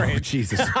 Jesus